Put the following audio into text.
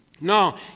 No